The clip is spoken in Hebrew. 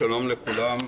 שלום לכולם.